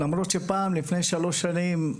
למרות שפעם, לפני שלוש שנים,